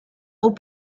aux